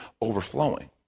overflowing